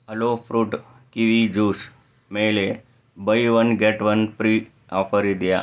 hello fruit kiwi juice ಮೇಲೆ buy one get one free offer ಇದೆಯಾ